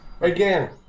Again